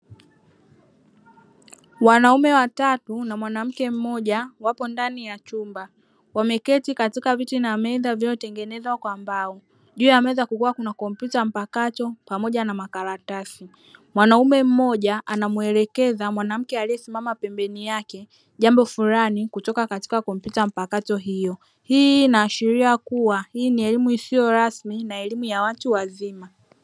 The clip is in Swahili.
Wanaume watatu na mwanamke mmoja, wapo ndani ya chumba wameketi katika viti na meza, vyote vimetengenezwa kwa mbao. Juu ya meza kulikuwa kuna kompyuta mpakato pamoja na makaratasi. Mwanaume mmoja anamuelekeza mwanamke aliyesimama pembeni yake jambo fulani kutoka katika kompyuta mpakato hiyo. Hii inaashiria kuwa hii ni elimu isiyo rasmi na elimu ya watu wazima.